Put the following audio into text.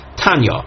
Tanya